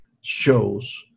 shows